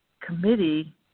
committee